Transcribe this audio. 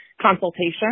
consultation